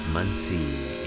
Muncie